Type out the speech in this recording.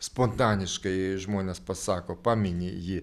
spontaniškai žmonės pasako pamini jį